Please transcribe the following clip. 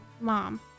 mom